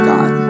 God